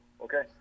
Okay